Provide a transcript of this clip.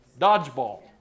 Dodgeball